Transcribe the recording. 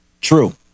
True